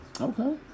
Okay